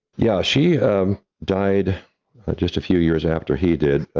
yeah, she um died just a few years after he did.